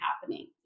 happening